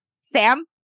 sam